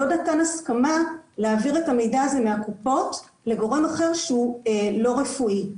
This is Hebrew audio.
לא נתן הסכמה להעביר את המידע הזה מהקופות לגורם אחר שהוא לא רפואי.